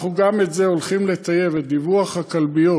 אנחנו גם את זה הולכים לטייב, את דיווח הכלביות,